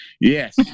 Yes